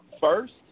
first